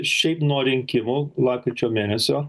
šiaip nuo rinkimų lapkričio mėnesio